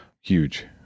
huge